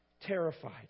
terrified